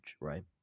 right